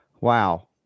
Wow